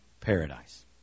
paradise